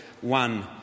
one